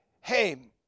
Hey